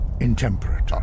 intemperate